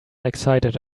excited